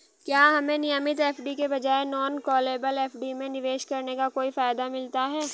क्या हमें नियमित एफ.डी के बजाय नॉन कॉलेबल एफ.डी में निवेश करने का कोई फायदा मिलता है?